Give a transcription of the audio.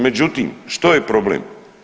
Međutim, što je problem?